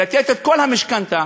לתת את כל המשכנתה,